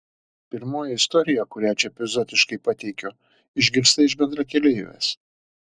pirmoji istorija kurią čia epizodiškai pateikiu išgirsta iš bendrakeleivės